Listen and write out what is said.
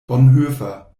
bonhoeffer